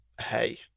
hey